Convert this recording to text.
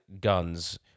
guns